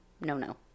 no-no